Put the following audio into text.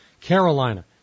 Carolina